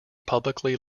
publicly